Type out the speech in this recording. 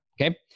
okay